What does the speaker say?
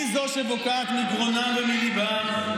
היא שבוקעת מגרונם ומליבם.